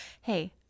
hey